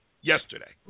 yesterday